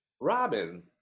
Robin